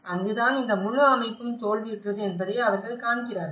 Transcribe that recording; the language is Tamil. அங்குதான் இந்த முழு அமைப்பும் தோல்வியுற்றது என்பதை அவர்கள் காண்கிறார்கள்